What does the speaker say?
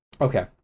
Okay